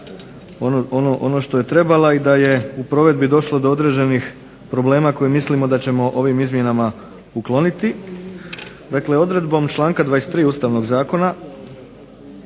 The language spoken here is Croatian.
ono što je trebala i da je u provedbi došlo do određenih problema koje mislimo da ćemo ovim izmjenama ukloniti. Dakle, odredbom članka 23. Ustavnog zakona